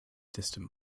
distant